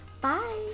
Bye